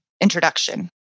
introduction